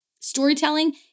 Storytelling